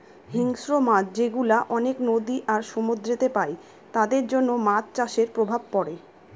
হিংস্র মাছ যেগুলা অনেক নদী আর সমুদ্রেতে পাই তাদের জন্য মাছ চাষের প্রভাব পড়ে